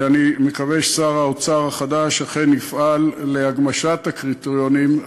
ואני מקווה ששר האוצר החדש אכן יפעל להגמשת הקריטריונים,